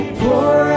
pour